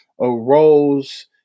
arose